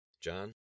John